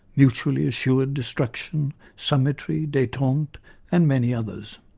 mutually assured destruction, summitry, detente and many others.